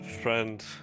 friend